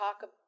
talk